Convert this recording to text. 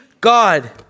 God